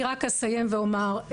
אני רק אסיים ואומר,